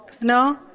No